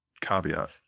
caveat